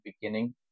beginning